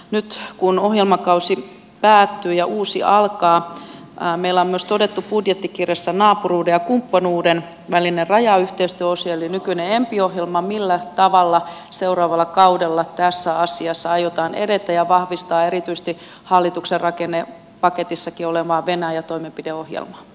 nyt kun ohjelmakausi päättyy ja uusi alkaa meillä on myös todettu budjettikirjassa naapuruuden ja kumppanuuden välinen rajayhteistyöosio eli nykyinen enpi ohjelma millä tavalla seuraavalla kaudella tässä asiassa aiotaan edetä ja vahvistaa erityisesti hallituksen rakennepaketissakin olevaa venäjä toimenpideohjelmaa